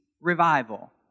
revival